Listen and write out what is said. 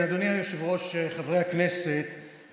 חבר הכנסת טופורובסקי,